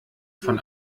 von